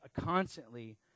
constantly